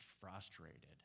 frustrated